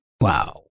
Wow